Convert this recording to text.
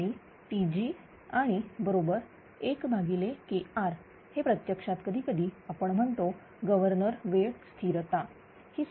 आणि Tg आणि बरोबर 1KR हे प्रत्यक्षात कधी कधी आपण म्हणतो गव्हर्नर वेळ स्थिरता बरोबर